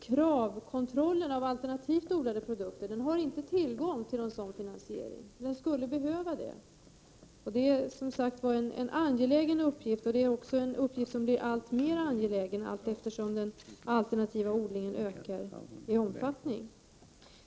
När det gäller kontroll av alternativt odlade produkter har man inte tillgång till sådan finansiering som skulle behövas. Det är som sagt en angelägen uppgift, och det är en uppgift som blir alltmer angelägen allteftersom den alternativa odlingen ökar i omfattning.